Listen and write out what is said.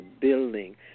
building